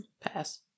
Pass